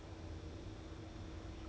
ah